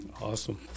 Awesome